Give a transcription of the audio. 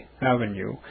Avenue